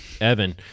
Evan